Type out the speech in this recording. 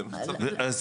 אז